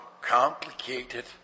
complicated